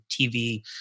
TV